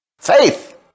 faith